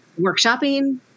workshopping